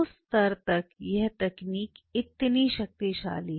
उस स्तर तक यह तकनीक इतनी शक्तिशाली है